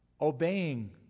obeying